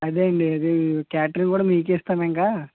అదే అండి అదే క్యాటరింగ్ కూడా మీకే ఇస్తాం ఇంకా